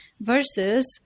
Versus